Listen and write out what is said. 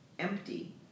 empty